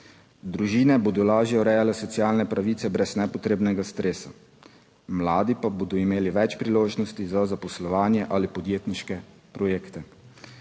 Družine bodo lažje urejale socialne pravice brez nepotrebnega stresa, mladi pa bodo imeli več priložnosti za zaposlovanje ali podjetniške projekte.